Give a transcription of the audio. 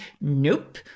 nope